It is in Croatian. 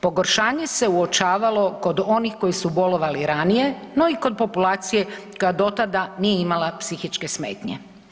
Pogoršanje se uočavalo kod onih koji su bolovali ranije, no i kod populacije koja do tada nije imala psihičke smetnje.